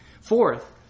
Fourth